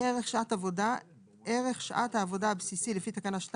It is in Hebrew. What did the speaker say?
יהיה ערך שעת עבודה ערך שעת העבודה הבסיסי לפי תקנה 2